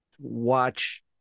watch